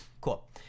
cool